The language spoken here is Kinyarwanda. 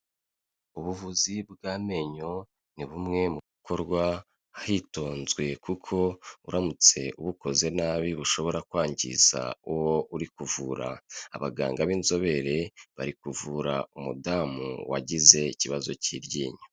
Ubuvuzi bw'amenyo, ni bumwe mu bukorwa hitonzwe, kuko uramutse ubukoze nabi bushobora kwangiza uwo uri kuvura, abaganga b'inzobere bari kuvura umudamu wagize ikibazo cy'iryinyo.